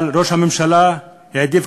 אבל ראש הממשלה העדיף,